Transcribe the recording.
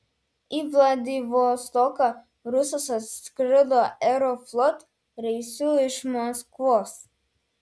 į vladivostoką rusas atskrido aeroflot reisu iš maskvos